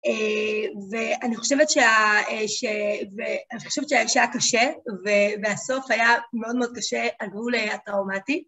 ואני חושבת שהיה קשה, והסוף היה מאוד מאוד קשה על גבול הטראומטי.